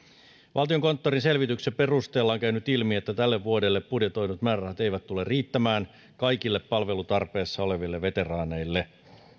valtionkonttorin selvityksen perusteella on käynyt ilmi että tälle vuodelle budjetoidut määrärahat eivät tule riittämään kaikille palvelutarpeessa oleville veteraaneille